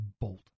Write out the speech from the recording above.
bolt